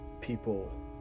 people